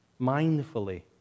mindfully